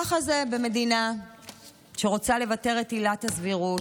ככה זה במדינה שרוצה לבטל את עילת הסבירות,